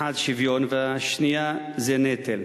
האחד, שוויון, והשני זה נטל.